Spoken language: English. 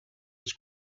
his